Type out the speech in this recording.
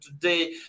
today